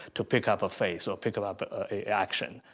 to pick up a face or pick um up a action.